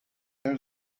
there